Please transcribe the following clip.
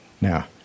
Now